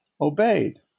obeyed